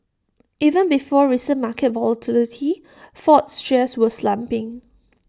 even before recent market volatility Ford's shares were slumping